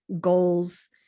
goals